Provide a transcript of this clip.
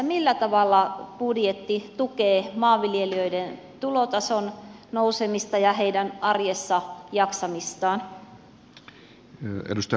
millä tavalla budjetti tukee maanviljelijöiden tulotason nousemista ja heidän arjessa jaksamistaan